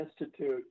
Institute